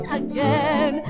again